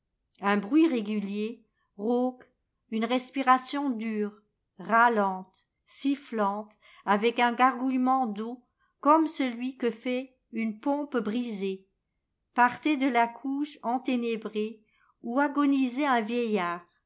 un bruit régulier rauque une respiration dure râlante sifflante avec un gargouillement d'eau comme celui que fait une pompe brisée partait de la couche enténébrée où agonisait un vieillard